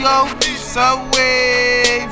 Subway